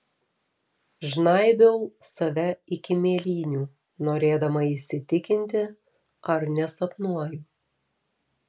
žnaibiau save iki mėlynių norėdama įsitikinti ar nesapnuoju